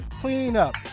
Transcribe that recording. Cleanup